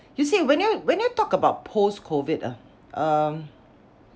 you see when you when you talk about post COVID ah um